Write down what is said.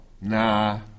Nah